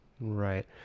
right